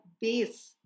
base